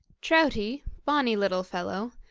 troutie, bonny little fellow,